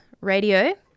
Radio